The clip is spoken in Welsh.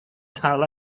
dal